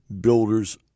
Builders